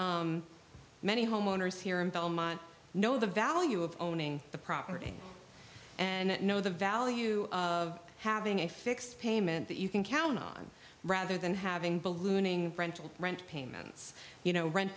that many homeowners here in belmont know the value of owning the property and know the value of having a fixed payment that you can count on rather than having ballooning rental rent payments you know rent